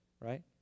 right